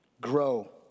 grow